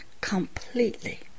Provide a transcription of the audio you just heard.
completely